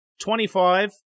twenty-five